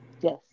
Yes